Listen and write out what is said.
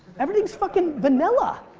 everything's fucking vanilla.